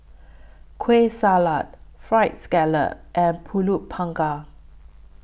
Kueh Salat Fried Scallop and Pulut Panggang